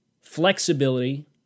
flexibility